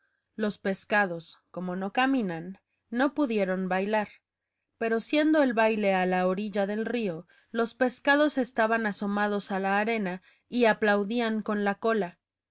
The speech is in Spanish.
los peces como no caminan no pudieron bailar pero siendo el baile a la orilla del río los peces estaban asomados a la arena y aplaudían con la cola